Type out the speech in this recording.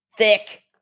thick